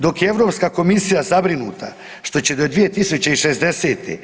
Dok je Europska komisija zabrinuta što će do 2060.